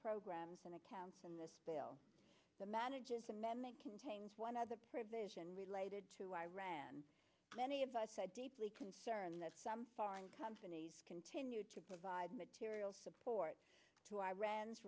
programs and accounts and this bill the manager's amendment contains one other provision related to iran many of us are deeply concerned that some foreign companies continue to provide material support to iran's